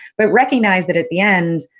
but, recognize that at the end,